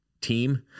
team